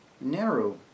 narrow